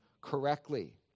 correctly